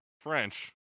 French